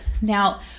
Now